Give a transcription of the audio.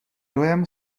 dojem